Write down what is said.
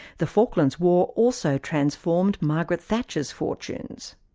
the falklands war also transformed margaret thatcher's fortunes.